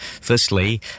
firstly